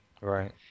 Right